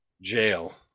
jail